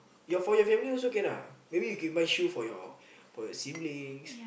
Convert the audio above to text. your for your family also can ah maybe you can buy shoe for your your siblings